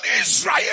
Israel